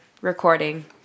recording